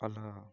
వాళ్ళ